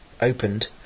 opened